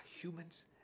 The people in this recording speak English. humans